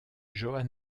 joan